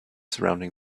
surrounding